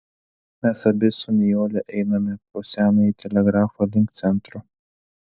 mes abi su nijole einame pro senąjį telegrafą link centro